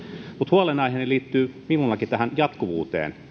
huolenaiheeni liittyy minullakin tähän jatkuvuuteen